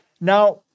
Now